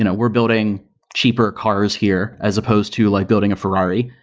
and we're building cheaper cars here as opposed to like building a ferrari,